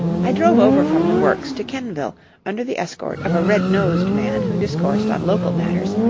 i drove over from the works to kenvil under the escort of a red-nosed man who discoursed on local matters,